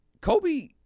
Kobe